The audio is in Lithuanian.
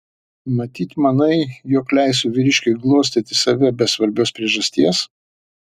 matyt manai jog leisiu vyriškiui glostyti save be svarbios priežasties